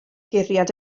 guriad